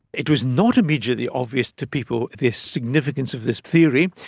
it was not immediately obvious to people, the significance of this theory.